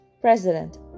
President